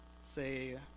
Say